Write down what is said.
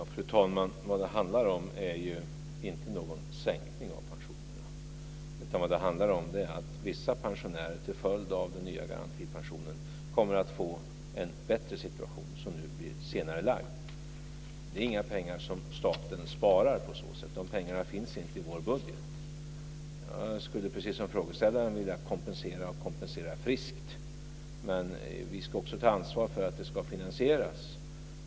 Fru talman! Det handlar ju inte om någon sänkning av pensionerna utan om att vissa pensionärer till följd av den nya garantipensionen kommer att få en bättre situation, som nu blir senarelagd. Staten sparar inte några pengar på så sätt. De här pengarna finns inte i vår budget. Jag skulle precis som frågeställaren vilja kompensera, och kompensera friskt, men vi ska också ta ansvar för att det ska finansieras.